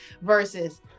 versus